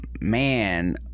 man